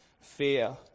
fear